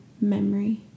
memory